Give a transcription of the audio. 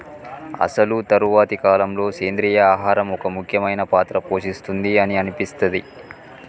అసలు తరువాతి కాలంలో, సెంద్రీయ ఆహారం ఒక ముఖ్యమైన పాత్ర పోషిస్తుంది అని అనిపిస్తది